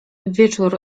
wieczór